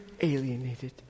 alienated